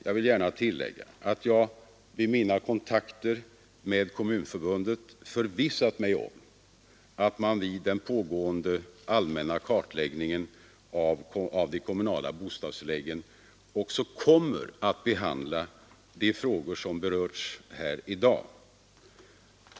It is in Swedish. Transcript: Jag vill gärna tillägga, herr talman, att jag vid mina kontakter med Kommunförbundet förvissat mig om att man vid den pågående allmänna kartläggningen av de kommunala bostadstilläggen också kommer att behandla de frågor som berörts här i dag.